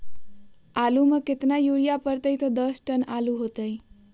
आलु म केतना यूरिया परतई की दस टन आलु होतई?